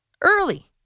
early